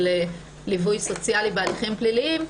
של ליווי סוציאלי בהליכים פליליים,